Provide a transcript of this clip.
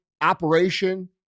operation